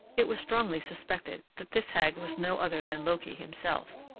it was strongly suspected that this hag was no other than loki himself,